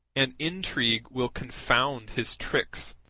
and intrigue will confound his tricks,